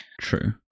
True